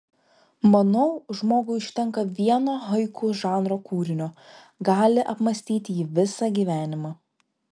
manau žmogui užtenka vieno haiku žanro kūrinio gali apmąstyti jį visą gyvenimą